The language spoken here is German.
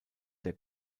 der